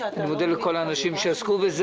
אני מודה לכל האנשים שעסקו בזה